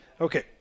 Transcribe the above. Okay